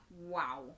Wow